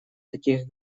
таких